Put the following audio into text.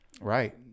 Right